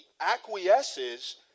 acquiesces